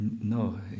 no